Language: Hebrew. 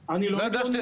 תראה,